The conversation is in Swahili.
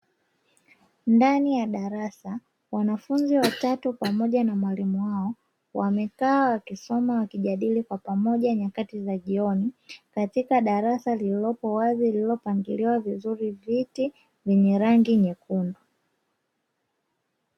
Ndani ya darasa, wanafunzi watatu pamoja na mwalimu wao ,wamekaa wakisoma wakijadili kwa pamoja nyakati za jioni katika darasa lililopo wazi lililopangiliwa vizuri viti vyenye rangi nyekundu.